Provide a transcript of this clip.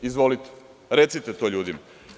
Izvolite, recite to ljudima.